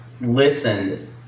listened